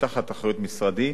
שתחת אחריות משרדי.